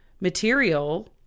material